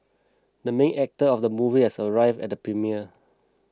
the main actor of the movie has arrived at the premiere